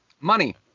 money